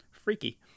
freaky